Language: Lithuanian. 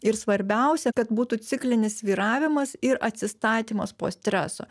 ir svarbiausia kad būtų ciklinis svyravimas ir atsistatymas po streso